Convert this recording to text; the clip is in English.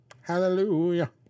Hallelujah